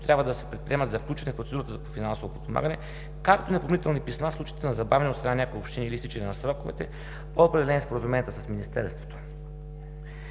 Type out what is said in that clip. трябва да се предприемат за включване в процедурата за финансово подпомагане, както и напомнителни писма в случаите на забавяне от страна на някои общини или изтичане на сроковете, определени от споразуменията с Министерството.